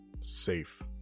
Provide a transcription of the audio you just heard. Safe